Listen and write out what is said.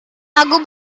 lagu